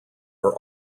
are